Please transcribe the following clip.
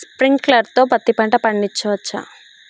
Sprinkler తో పత్తి పంట పండించవచ్చా?